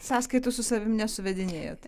sąskaitų su savim nesuvedinėjat